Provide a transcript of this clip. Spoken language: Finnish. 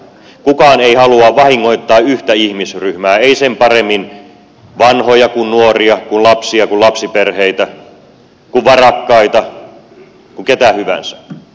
kukaan ei halua vahingoittaa yhtä ihmisryhmää ei sen paremmin vanhoja kuin nuoria kuin lapsia kuin lapsiperheitä kuin varakkaita kuin ketä hyvänsä